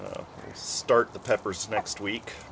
start the peppers next week